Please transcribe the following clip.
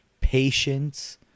patience